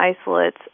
isolates